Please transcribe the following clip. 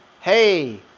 hey